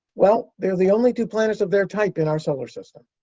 well, they're the only two planets of their type in our solar system.